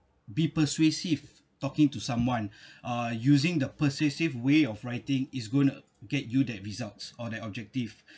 be persuasive talking to someone uh using the persuasive way of writing is gonna get you that results or that objective